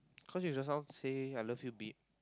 cause you just now saw I love you beep